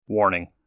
Warning